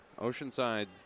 Oceanside